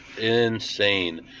Insane